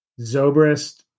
Zobrist